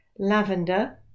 lavender